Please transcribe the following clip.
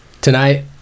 Tonight